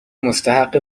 مستحق